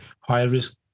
high-risk